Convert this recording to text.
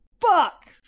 Fuck